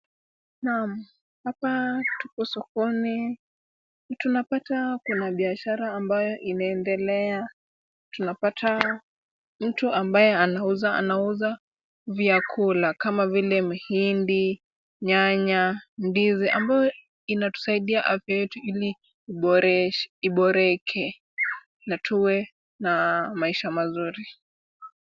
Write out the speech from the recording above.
Naam hapa tuko sokoni tunapata kuna biashara ambayo inaendelea ,tunapata mtu ambaye anauza vyakula kama vile mhindi ,nyanya ,ndizi ambayo inatusaidia afya yetu ili iboroke na tuwe na maisha mazuri.